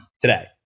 today